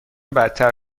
بدتر